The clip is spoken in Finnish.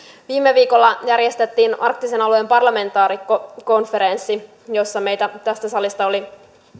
viime viikolla järjestettiin arktisen alueen parlamentaarikkokonferenssi jossa meitä tästä salista oli